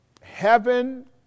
heaven